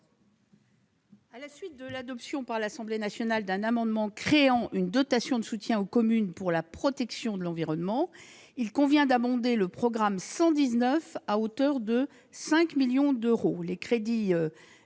À la suite de l'adoption par l'Assemblée nationale d'un amendement visant à créer une dotation de soutien aux communes pour la protection de l'environnement, il convient d'abonder le programme 119 à hauteur de 5 millions d'euros.